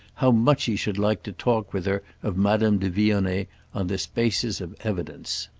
how much he should like to talk with her of madame de vionnet on this basis of evidence.